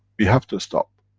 we have to stop.